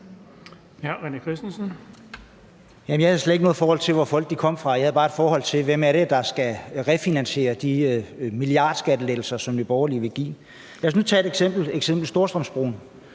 Jeg havde slet ikke forholdt mig til, hvor folk kom fra, jeg havde bare forholdt mig til, hvem det er, der skal refinansiere de milliardskattelettelser, som Nye Borgerlige vil give. Lad os nu tage et eksempel som Storstrømsbroen.